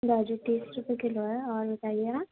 گاجر تیس روپیے کلو ہے اور بتائیے آپ